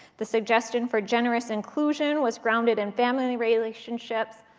the suggestion for generous inclusion was grounded in family relationships,